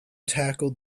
tackled